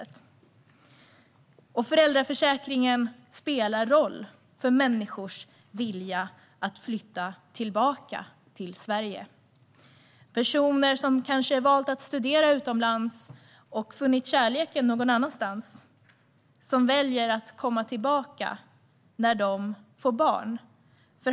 Föräldraförsäkringen spelar roll för människors vilja att flytta tillbaka till Sverige. Personer som har valt att studera utomlands och funnit kärleken någon annanstans kanske väljer att komma tillbaka när de får barn.